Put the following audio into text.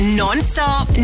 non-stop